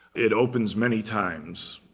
it opens many times.